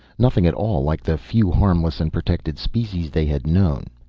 nothing at all like the few harmless and protected species they had known.